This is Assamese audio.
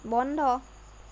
বন্ধ